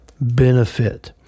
benefit